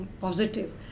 positive